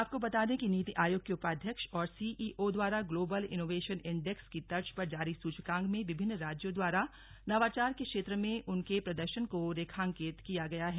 आपको बता दें कि नीति आयोग के उपाध्यक्ष और सीईओ द्वारा ग्लोबल इनोवेशन इंडेक्स की तर्ज पर जारी सुचकांक में विभिन्न राज्यों द्वारा नवाचार के क्षेत्र में उनके प्रदर्शन को रेखांकित किया गया है